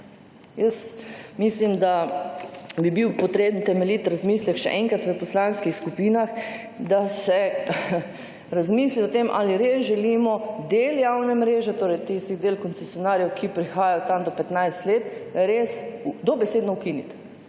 Jaz mislim, da bi bil potreben temeljit razmislek še enkrat v poslanskih skupinah, da se razmisli o tem ali res želimo del javne mreže, torej tisti del koncesionarjev, ki prihajajo tam do 15 let, res dobesedno ukiniti,